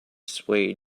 swayed